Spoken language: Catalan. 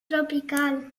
neotropical